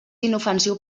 inofensiu